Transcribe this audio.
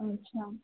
अच्छा